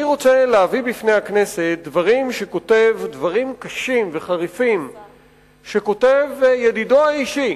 אני רוצה להביא בפני הכנסת דברים קשים וחריפים שכותב ידידו האישי